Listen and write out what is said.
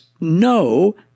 no